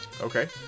Okay